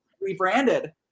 Rebranded